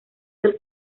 del